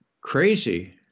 crazy